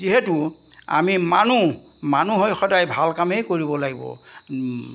যিহেতু আমি মানুহ মানুহ হৈ সদায় ভাল কামেই কৰিব লাগিব